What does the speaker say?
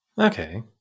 Okay